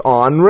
on